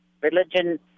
religion